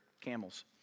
camels